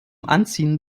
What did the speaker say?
anziehen